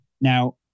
Now